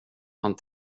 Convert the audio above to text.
han